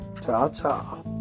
Ta-ta